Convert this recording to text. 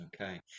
Okay